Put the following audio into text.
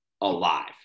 alive